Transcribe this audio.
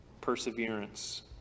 perseverance